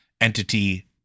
entity